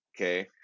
okay